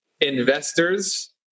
Investors